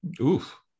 Oof